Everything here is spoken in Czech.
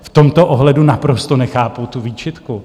V tomto ohledu naprosto nechápu tu výčitku.